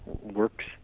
works